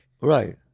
right